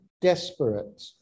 desperate